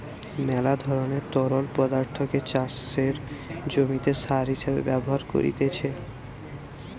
মেলা ধরণের তরল পদার্থকে চাষের জমিতে সার হিসেবে ব্যবহার করতিছে